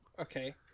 okay